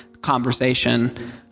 conversation